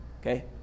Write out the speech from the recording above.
Okay